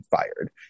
fired